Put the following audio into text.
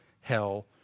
hell